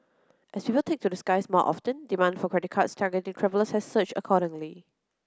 as people take to the skies more often demand for credit cards targeting travellers has surged accordingly